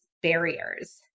barriers